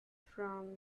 from